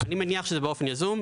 אני מניח שזה באופן יזום,